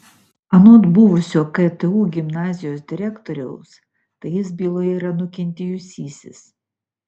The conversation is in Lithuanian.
anot buvusio ktu gimnazijos direktoriaus tai jis byloje yra nukentėjusysis